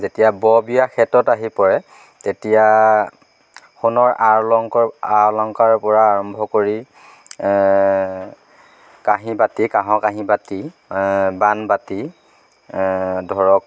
যেতিয়া বৰ বিয়া ক্ষেত্ৰত আহি পৰে তেতিয়া সোণৰ আ অলংকাৰ আ অলংকাৰৰ পৰা আৰম্ভ কৰি কাঁহী বাটি কাঁহৰ কাঁহী বাটি বানবাটি ধৰক